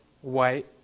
white